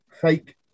fake